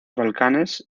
balcanes